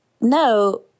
no